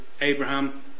Abraham